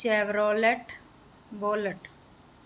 Chevrolet bolt